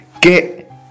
Get